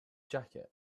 jacket